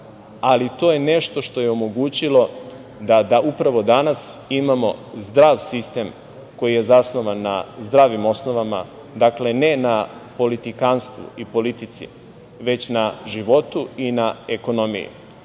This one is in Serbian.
ali to je nešto što je omogućilo da upravo danas imamo zdrav sistem, koji je zasnovan na zdravim osnovama. Dakle, ne na politikanstvu i politici, već na životu i na ekonomiji.